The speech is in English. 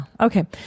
okay